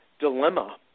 dilemma